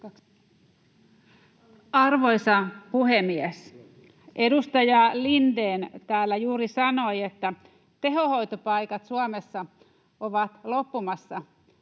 Arvoisa puhemies! Edustaja Lindén täällä juuri sanoi, että tehohoitopaikat ovat Suomessa loppumassa.